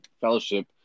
Fellowship